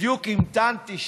בדיוק המתנתי,